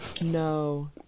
No